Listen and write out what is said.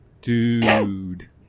dude